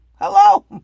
Hello